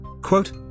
Quote